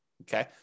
Okay